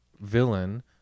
villain